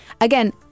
Again